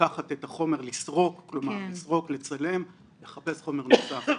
לקחת את החומר, לסרוק, לצלם, לחפש חומר נוסף.